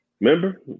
Remember